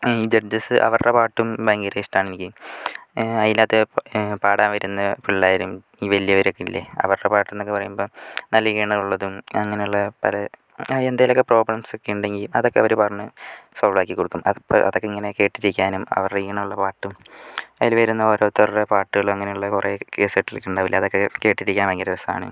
ഈ ജഡ്ജസ് അവരുടെ പാട്ടും ഭയങ്കര ഇഷ്ടമാണെനിക്ക് അതിനകത്തെ പാടാന് വരുന്ന പിള്ളേരും ഈ വലിയവരൊക്കെയില്ലേ അവരുടെ പാട്ടെന്നൊക്കെ പറയുമ്പോൾ നല്ല ഈണമുള്ളതും അങ്ങനെയുള്ള പല എന്തെങ്കിലുമൊക്കെ പ്രോബ്ലംസ് ഒക്കെ ഉണ്ടെങ്കിൽ അതൊക്കെ അവർ പറഞ്ഞു സോല്വ് ആക്കി കൊടുക്കും അതൊക്കെ ഇങ്ങനെ കേട്ട് ഇരിക്കാനും അവരുടെ ഈണമുള്ള പാട്ടും അതില് വരുന്ന ഒരോരുത്തരുടെ പാട്ടുകളും അങ്ങനെ കുറെ കേസുകെട്ടുകളൊക്കെ ഉണ്ടാവില്ലേ അതൊക്കെ കേട്ട് ഇരിക്കാന് ഭയങ്കര രസമാണ്